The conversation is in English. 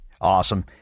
Awesome